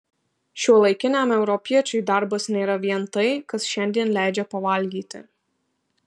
šiuolaikiniam europiečiui darbas nėra vien tai kas šiandien leidžia pavalgyti